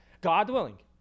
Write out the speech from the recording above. God-willing